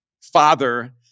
father